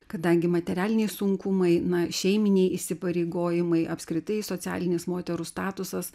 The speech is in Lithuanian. kadangi materialiniai sunkumai na šeiminiai įsipareigojimai apskritai socialinis moterų statusas